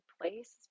place